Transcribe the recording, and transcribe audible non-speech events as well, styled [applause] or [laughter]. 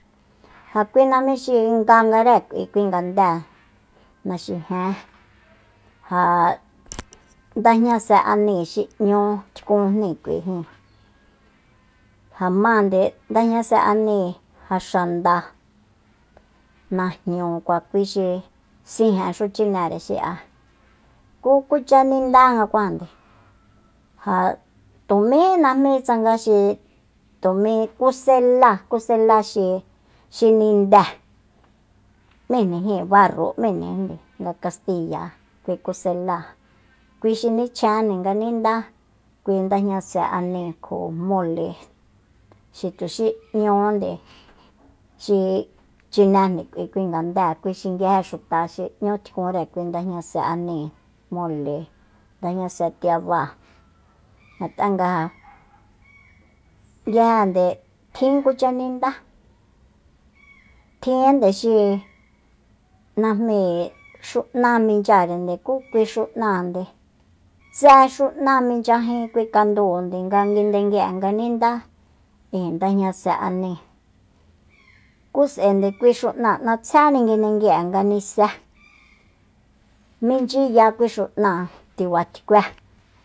Ja kui najmi xi ngangare kui ngande naxijen ja ndajñase aníi xi 'ñu tkunjni k'uijíin ja máande ndajña se aníi ja xanda najnukua sijen xu chine xi'a kú kucha nindanga kuajande ja tumí najmí tsanga xi tu mi kuseláa kusekáa xi ninde m'íjnijíin barro m'íñande nga castiya kui kuseláa kui xi nichjenjni nga nindá kui ndajñase aníi kjo mole xi tuxi 'ñunde xi chinajni k'ui kui ngandée kui xi nguije xuta xi 'ñu tkunre kui ndajñase aníi mole ndajña tiabáa ngat'anga ja yaande tjin kucha ninda tjinde xi najmíi xu'na michyarende ku kui xu'náande tse xu'na minchyajin kui kandúunde nga nguindengui'e nga nindá ijin ndajñase aníi kú s'áende kui xu'na natséni nguindengui'e nga nisé [noise] minchyiya kui xu'náa tibat'kué